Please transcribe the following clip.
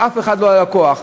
ואף אחת לא ללקוח,